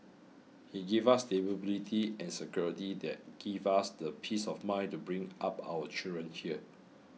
he gave us stability and security that give us the peace of mind to bring up our children here